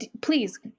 please